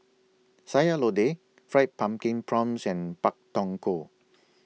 Sayur Lodeh Fried Pumpkin Prawns and Pak Thong Ko